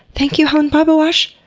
thank you helen bobiwash!